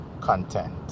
content